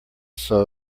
sol